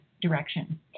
direction